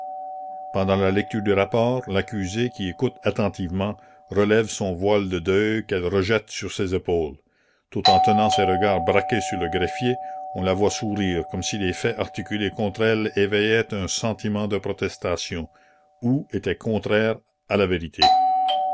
pendant la lecture du rapport l'accusée qui écoute attentivement relève son voile de deuil qu'elle rejette sur ses épaules tout en tenant ses regards braqués sur le greffier on la voit sourire comme si les faits articulés contre elle éveillaient un sentiment de protestation ou étaient contraires à la vérité